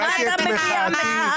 על מה אתה מביע מחאה?